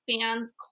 fans